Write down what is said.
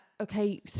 okay